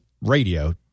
radio –